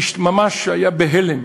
האיש ממש היה בהלם,